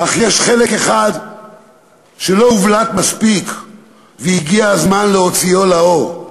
אך יש חלק אחד שלא הובלט מספיק והגיע הזמן להוציאו לאור,